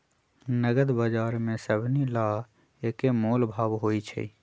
नगद बजार में सभनि ला एक्के मोलभाव होई छई